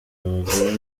abagore